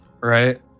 Right